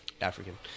African